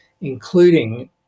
including